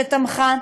שתמכה,